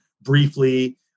briefly